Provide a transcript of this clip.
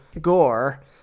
gore